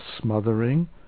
smothering